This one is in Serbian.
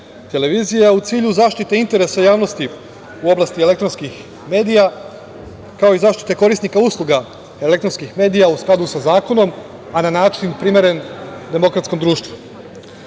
televizije, a u cilju zaštite interesa javnosti u oblasti elektronskih medija, kao i zaštite korisnika usluga elektronskih medija u skladu sa zakonom, a na način primeren demokratskom društvu. Radi